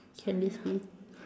can this be